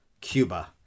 Cuba